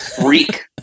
freak